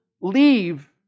leave